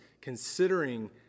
considering